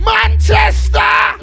Manchester